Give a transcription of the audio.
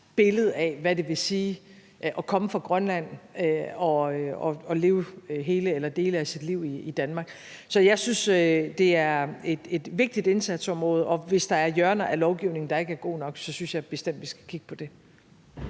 billede af, hvad det vil sige at komme fra Grønland og leve hele eller dele af sit liv i Danmark. Så jeg synes, det er et vigtigt indsatsområde, og hvis der er hjørner af lovgivningen, der ikke er gode nok, så synes jeg bestemt, vi skal kigge på det.